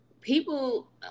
People